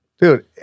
Dude